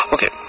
Okay